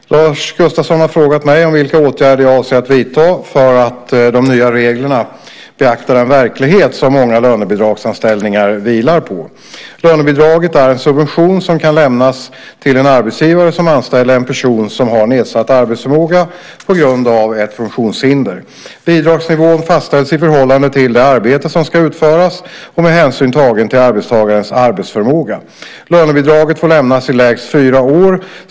Herr talman! Lars Gustafsson har frågat mig vilka åtgärder jag avser att vidta så att de nya reglerna beaktar den verklighet som många lönebidragsanställningar vilar på. Lönebidraget är en subvention som kan lämnas till en arbetsgivare som anställer en person som har nedsatt arbetsförmåga på grund av ett funktionshinder. Bidragsnivån fastställs i förhållande till det arbete som ska utföras och med hänsyn tagen till arbetstagarens arbetsförmåga. Lönebidraget får lämnas i längst fyra år.